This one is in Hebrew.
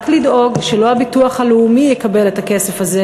רק לדאוג שלא הביטוח הלאומי יקבל את הכסף הזה